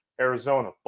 Arizona